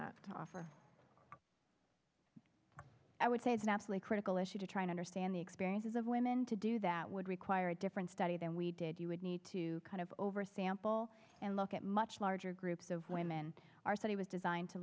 to offer i would say vastly critical issue to try and understand the experiences of women to do that would require a different study than we did you would need to kind of over sample and look at much larger groups of women our study was designed to